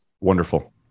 Wonderful